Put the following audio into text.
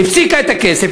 הפסיקה את הכסף.